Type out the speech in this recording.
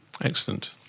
Excellent